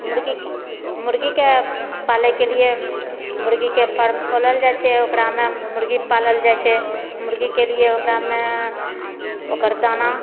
मुर्गीके मुर्गीके पालएके लिए मुर्गीके फार्म खोलल जाइत छै ओकरामे मुर्गी पालल जाइत छै मुर्गीके लिए ओकरामे ओकर दाना